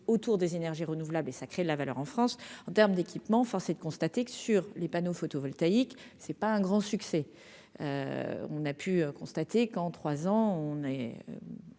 autour des énergies renouvelables et ça crée de la valeur en France, en terme d'équipements, force est de constater que sur. Les panneaux photovoltaïques, c'est pas un grand succès, on a pu constater quand. 3 ans,